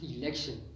election